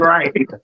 Right